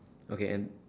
okay and